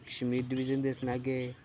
Kashmir division दे सनाह्गे